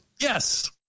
Yes